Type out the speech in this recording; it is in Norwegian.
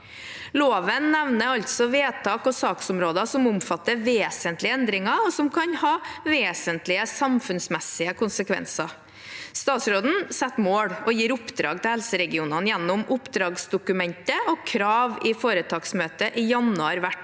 Loven nevner altså vedtak og saksområder som omfatter vesentlige endringer, og som kan ha vesentlige samfunnsmessige konsekvenser. Statsråden setter mål og gir oppdrag til helseregionene gjennom oppdragsdokumentet og krav i foretaksmøtet i januar hvert